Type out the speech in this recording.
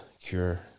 cure